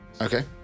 Okay